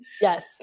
Yes